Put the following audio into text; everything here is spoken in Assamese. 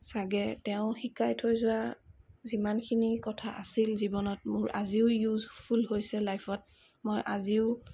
চাগে তেওঁ শিকাই থৈ যোৱা যিমানখিনি কথা আছিল মোৰ জীৱনত আজিও ইউজফুল হৈছে লাইফত মই আজিও